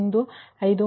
6153 V30